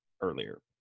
earlier